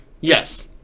yes